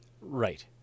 Right